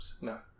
No